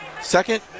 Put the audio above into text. Second